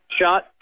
shot